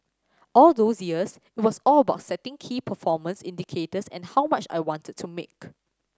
all those years it was all about setting key performance indicators and how much I wanted to make